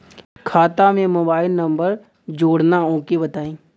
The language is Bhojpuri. खाता में मोबाइल नंबर जोड़ना ओके बताई?